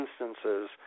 instances